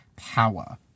Power